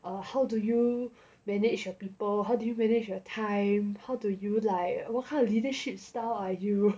err how do you manage your people how did you manage your time how do you like what kind of leadership style are you